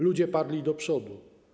Ludzie parli do przodu.